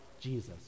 Jesus